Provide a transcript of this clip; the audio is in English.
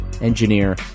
engineer